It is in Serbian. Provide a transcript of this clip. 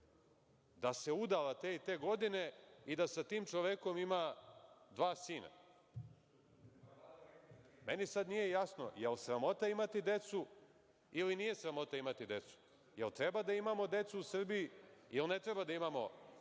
da se udala te i te godine i da sa tim čovekom ima dva sina. Meni sada nije jasno – da li je sramota imati decu ili nije sramota imati decu? Da li treba da imamo decu u Srbiji ili ne treba da imamo